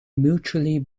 mutually